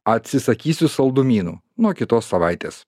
atsisakysiu saldumynų nuo kitos savaitės